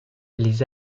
les